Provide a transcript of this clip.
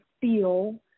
feel